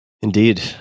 Indeed